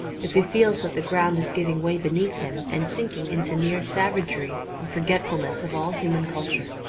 if he feels that the ground is giving way beneath him and sinking into mere savagery and forgetfulness of all human culture.